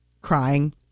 Crying